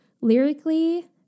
lyrically